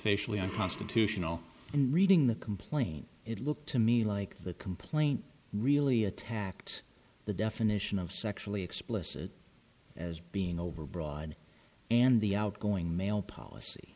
facially unconstitutional and reading the complaint it looked to me like the complaint really attacked the definition of sexually explicit as being overbroad and the outgoing mail policy